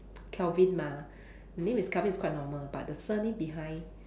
Kelvin mah the name is Kelvin is quite normal but the surname behind